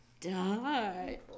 die